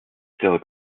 still